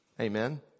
Amen